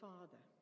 Father